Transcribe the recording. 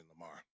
Lamar